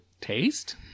taste